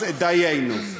אז דיינו.